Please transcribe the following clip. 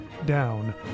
down